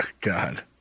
God